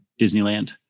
Disneyland